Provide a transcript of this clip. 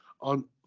on